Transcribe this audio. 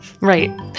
Right